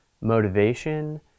motivation